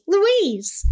Louise